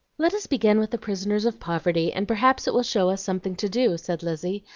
let us begin with the prisoners of poverty and perhaps it will show us something to do, said lizzie.